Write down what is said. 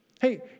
Hey